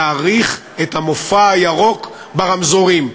להאריך את המופע הירוק ברמזורים.